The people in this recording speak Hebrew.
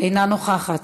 אינה נוכחת,